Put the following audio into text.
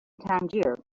tangier